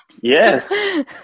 yes